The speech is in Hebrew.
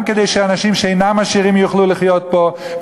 גם כדי שאנשים שאינם עשירים יוכלו לחיות פה,